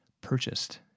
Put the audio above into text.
purchased